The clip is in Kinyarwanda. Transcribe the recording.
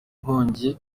inkongi